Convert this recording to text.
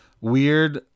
weird